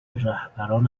رهبران